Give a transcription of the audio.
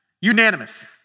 unanimous